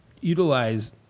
utilize